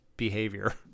behavior